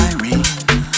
Irene